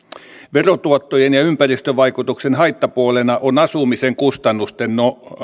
verotuottojen ja ympäristövaikutuksen haittapuolena on asumisen kustannusten